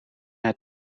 had